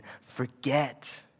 Forget